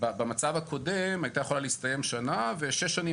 במצב הקודם הייתה יכולה להסתיים שנה ושש שנים